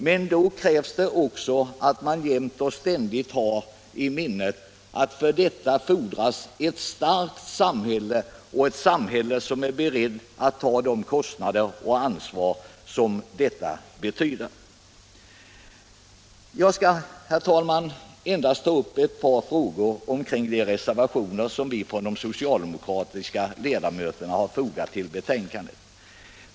Men då måste man jämt och ständigt ha i minnet att härför krävs ett starkt samhälle och ett samhälle som är berett att ta de kostnader som detta för med sig. Jag skall, herr talman, endast ta upp ett par frågor kring de reservationer som vi socialdemokratiska ledamöter har fogat vid betänkandet.